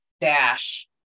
dash